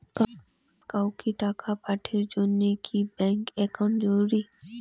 কাউকে টাকা পাঠের জন্যে কি ব্যাংক একাউন্ট থাকা জরুরি?